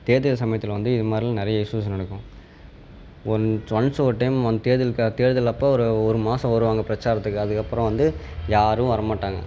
தேர்தல் சமயத்தில் வந்து இது மாதிரிலாம் நிறைய இஷ்யூஸ் நடக்கும் ஒன்ஸ் ஒன்ஸ் ஒரு டைம் அந்த தேர்தல் க தேர்தல் அப்போ ஒரு ஒரு மாதம் வருவாங்கள் பிரச்சாரத்துக்கு அதுக்கப்புறம் வந்து யாரும் வரமாட்டாங்கள்